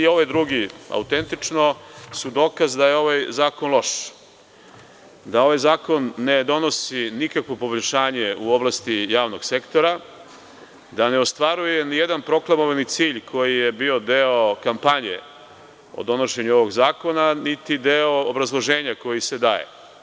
Ovaj drugi autentično su dokaz da je ovaj zakon loš, da ovaj zakon ne donosi nikakvo poboljšanje u oblasti javnog sektora, da ne ostvaruje nijedan proklamovani cilj koji je bio deo kampanje o donošenju ovog zakona, niti deo obrazloženja, koji se daje.